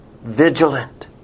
Vigilant